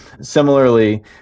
similarly